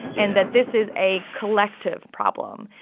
and that this is a collective problem.